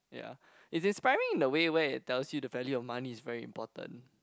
ya it's inspiring in the way where it tells you the value of money is very important